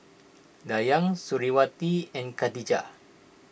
Dayang Suriawati and Khadija